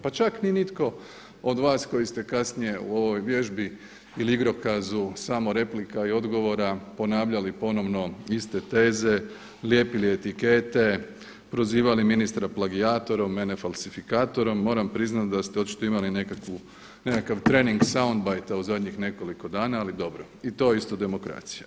Pa čak ni nitko od vas koji ste kasnije u ovoj vježbi ili igrokazu samo replika i odgovora ponavljali ponovno iste teze, lijepili etiketa, prozivali ministra plagijatorom, mene falsifikatorom, moram priznati da ste očito imali nekakav trening … u zadnjih nekoliko dana, ali dobro i to je isto demokracija.